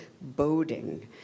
boding